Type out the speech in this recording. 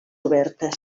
obertes